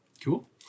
Cool